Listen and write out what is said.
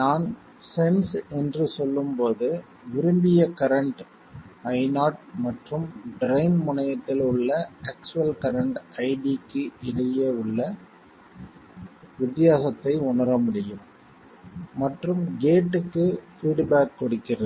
நான் சென்ஸ் என்று சொல்லும் போது விரும்பிய கரண்ட் Io மற்றும் ட்ரைன் முனையத்தில் உள்ள ஆக்சுவல் கரண்ட் ID க்கு இடையே உள்ள வித்தியாசத்தை உணர முடியும் மற்றும் கேட்க்கு பீட்பேக் கொடுக்கிறது